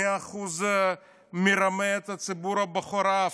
מאה אחוז מרמה את ציבור בוחריו,